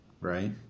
right